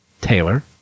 Taylor